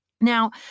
Now